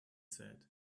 said